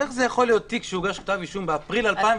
אבל איך זה יכול להיות תיק שהוגש בו כתב אישום באפריל 2017,